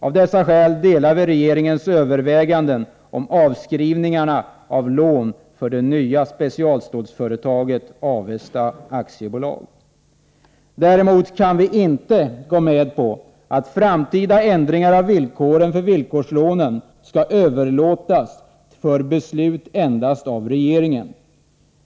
Av dessa skäl delar vi regeringens överväganden om avskrivningarna av lån för det nya specialstålsföretaget Avesta AB. Däremot kan vi inte gå med på att framtida ändringar av villkoren för villkorslånen skall överlåtas för beslut endast av regeringen.